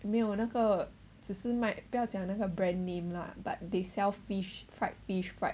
没有那个只是卖不要讲那个 brand name lah but they sell fish fried fish fried